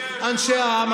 אנשי העם,